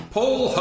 Paul